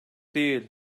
değil